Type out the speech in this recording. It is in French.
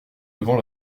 devant